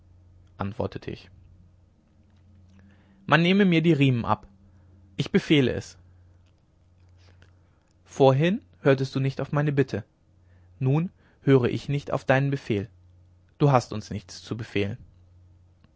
antwortete ich man nehme mir die riemen ab ich befehle es vorhin hörtest du nicht auf meine bitte nun höre ich nicht auf deinen befehl du hast uns nichts zu befehlen